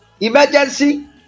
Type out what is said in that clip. emergency